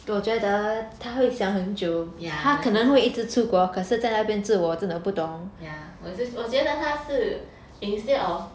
ya ya 我我觉得他是 instead of